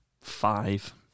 five